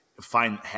find